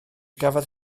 gafodd